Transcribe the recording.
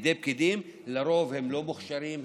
לרוב הם לא מוכשרים,